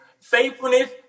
faithfulness